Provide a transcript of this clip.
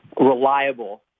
reliable